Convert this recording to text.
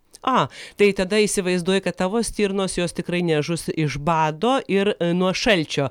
a tai tada įsivaizduoji kad tavo stirnos jos tikrai nežus iš bado ir nuo šalčio